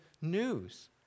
news